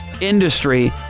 industry